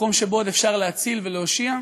מקום שבו עוד אפשר להציל ולהושיע,